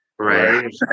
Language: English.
Right